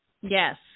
Yes